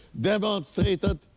demonstrated